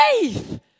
Faith